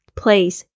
place